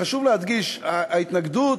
חשוב להדגיש, ההתנגדות,